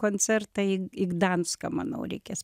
koncertą į į gdanską manau reikės